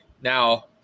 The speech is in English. Now